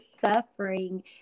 suffering